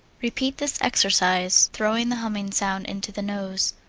repeat this exercise, throwing the humming sound into the nose.